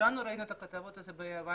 כולנו ראינו את הכתבות ב-YNET.